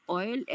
oil